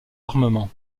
armements